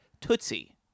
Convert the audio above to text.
Tootsie